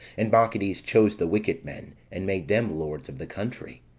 and bacchides chose the wicked men, and made them lords of the country